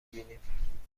بینیم